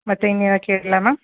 ಮತ್ತು ಇನ್ನೇನು ಕೇಳಲಾ ಮ್ಯಾಮ್